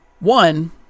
One